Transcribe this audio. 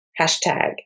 hashtag